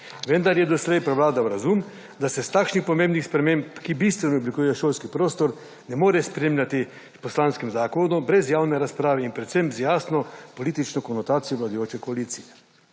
vendar je doslej prevladal razum, da se iz takšnih pomembnih sprememb, ki bistveno oblikujejo šolski prostor ne more /nerazumljivo/ s poslanskim zakonom brez javne razprave in predvsem z jasno politično konotacijo vladajoče koalicije.